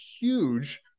huge